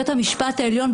בית המשפט העליון,